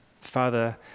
Father